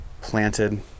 planted